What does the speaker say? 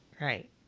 right